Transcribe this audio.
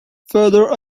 further